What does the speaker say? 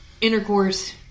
intercourse